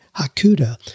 Hakuda